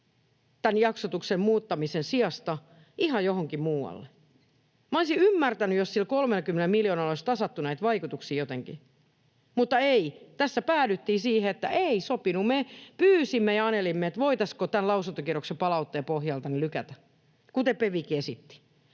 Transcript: tämän jaksotuksen muuttamisen sijasta ihan johonkin muualle. Minä olisin ymmärtänyt, jos sillä 30 miljoonalla olisi tasattu näitä vaikutuksiin jotenkin, mutta ei. Tässä päädyttiin siihen, että se ei sopinut. Me pyysimme ja anelimme, voitaisiinko tämän lausuntokierroksen palautteen pohjalta ne lykätä, kuten PeVikin esitti.